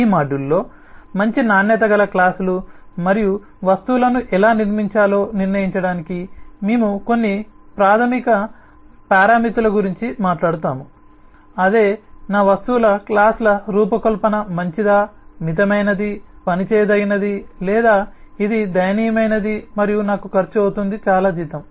ఈ మాడ్యూల్లో మంచి నాణ్యత గల క్లాస్ లు మరియు వస్తువులను ఎలా నిర్మించాలో నిర్ణయించడానికి మేము కొన్ని ప్రాథమిక పారామితుల గురించి మాట్లాడుతాము అదే నా వస్తువుల క్లాస్ ల రూపకల్పన మంచిదా మితమైనది పని చేయదగినది లేదా ఇది దయనీయమైనది మరియు నాకు ఖర్చు అవుతుంది చాలా జీతం